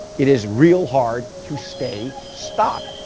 it is real hard to stay stopped.